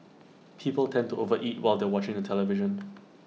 people tend to overeat while they watching the television